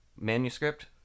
manuscript